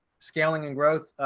scaling and growth.